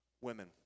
women